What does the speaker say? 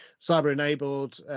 Cyber-enabled